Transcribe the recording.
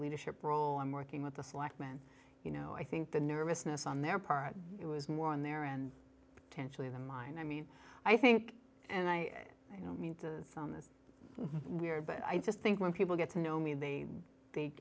leadership role i'm working with the slack man you know i think the nervousness on their part it was more on their end tenshi than mine i mean i think and i don't mean this weird but i just think when people get to know me they